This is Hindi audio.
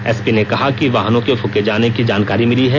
एसपी ने कहा है कि वाहनों के फूंके जाने की जानकारी मिली है